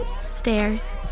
stairs